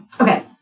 Okay